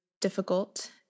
difficult